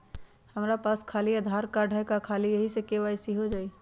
हमरा पास खाली आधार कार्ड है, का ख़ाली यही से के.वाई.सी हो जाइ?